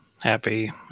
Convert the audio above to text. happy